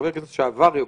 חבר הכנסת לשעבר יוגב,